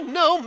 no